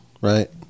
right